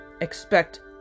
Expect